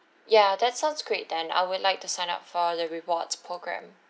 ya that sounds great then I would like to sign up for the rewards program